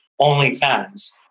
OnlyFans